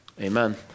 Amen